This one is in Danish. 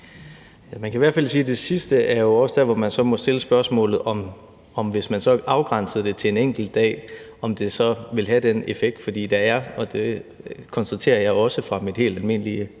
Man kan i hvert fald sige, at det sidste jo også er der, hvor man så må stille spørgsmålet, om det, hvis man afgrænsede det til en enkelt dag, ville have den effekt, for der er, og det konstaterer jeg også fra mit helt almindelige